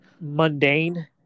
mundane